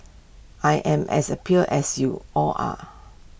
I am as appalled as you all are